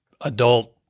adult